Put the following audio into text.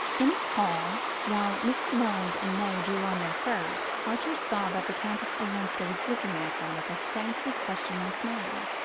in the hall, while mrs. welland and may drew on their furs, archer saw that the countess olenska was looking at him with a faintly questioning smile.